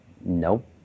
nope